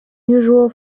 usual